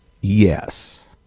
Yes